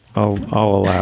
oh, oh